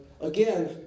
Again